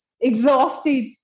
exhausted